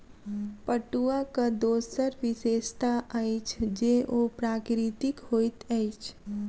पटुआक दोसर विशेषता अछि जे ओ प्राकृतिक होइत अछि